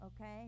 okay